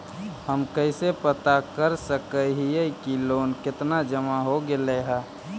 हम कैसे पता कर सक हिय की लोन कितना जमा हो गइले हैं?